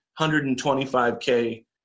125K